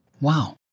Wow